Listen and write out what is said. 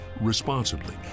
responsibly